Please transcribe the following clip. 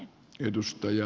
arvoisa puhemies